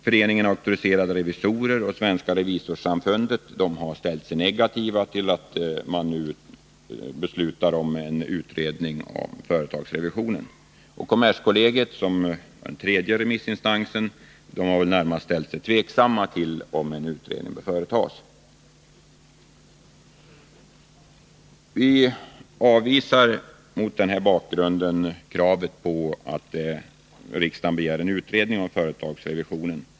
Föreningen Auktoriserade revisorer och Svenska revisorssamfundet har ställt sig negativa till att man nu beslutar om en utredning av företagsrevisionen. Kommerskollegiet, som är den tredje remissinstansen, har närmast ställt sig tveksamt till om en utredning bör företas. Mot den här bakgrunden avvisar vi kravet på att riksdagen skall begära en utredning om företagsrevision.